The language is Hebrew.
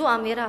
זו אמירה.